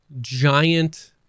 giant